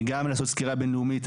גם לעשות סקירה בין לאומית.